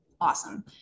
awesome